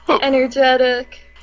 Energetic